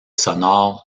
sonore